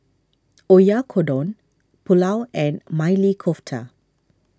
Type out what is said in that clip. Oyakodon Pulao and Maili Kofta